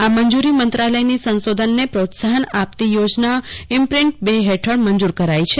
આ મંજુરી મંત્રાલયની સંશોધનને પ્રોત્સાહન આપતી યોજના ઈમ્પ્રિન્ટ બે હેઠળ મંજુર કરાઈ છે